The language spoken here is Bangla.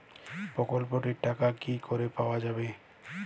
প্রকল্পটি র টাকা কি করে পাওয়া যাবে?